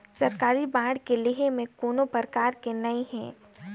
सरकारी बांड के लेहे में कोनो परकार के नइ हे